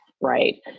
right